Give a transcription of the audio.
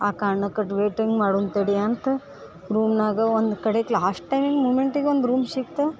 ಆ ಕಾರ್ಣಕ್ಕೆ ವೇಟಿಂಗ್ ಮಾಡೋಣ್ ತಡಿ ಅಂತ ರೂಮ್ನಾಗ ಒಂದು ಕಡೆ ಲಾಶ್ಟ್ ಟೈಮ್ ಮೂಮೆಂಟಿಗೆ ಒಂದು ರೂಮ್ ಸಿಕ್ತು